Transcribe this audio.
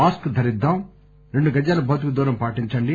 mask ధరించండి రెండు గజాల భౌతిక దూరం పాటించండి